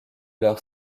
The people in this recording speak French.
leur